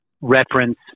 reference